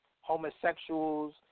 homosexuals